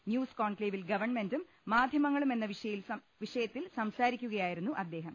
news കോൺക്ലേവിൽ ഗവൺമെന്റും മാധ്യമങ്ങളും എന്ന വിഷയത്തിൽ സംസാരിക്കുകയായിരുന്നു അദ്ദേഹം